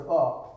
up